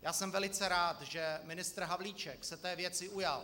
Já jsem velice rád, že se ministr Havlíček té věci ujal.